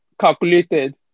calculated